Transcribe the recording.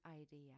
idea